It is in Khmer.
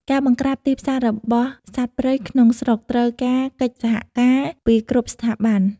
ការបង្ក្រាបទីផ្សារលក់សត្វព្រៃក្នុងស្រុកត្រូវការកិច្ចសហការពីគ្រប់ស្ថាប័ន។